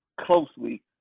closely